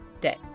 day